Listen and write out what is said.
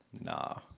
Nah